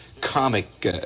comic